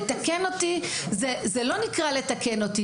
לתקן אותי, זה לא נקרא לתקן אותי.